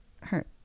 hurt